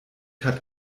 hat